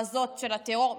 בגלל הכרזות של הטרור.